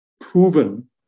proven